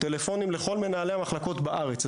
טלפונים לכל מנהלי המחלקות בארץ.